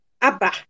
Abba